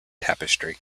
tapestry